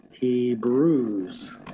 Hebrews